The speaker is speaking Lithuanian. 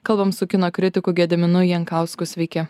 kalbam su kino kritiku gediminu jankausku sveiki